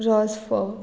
रोस फोव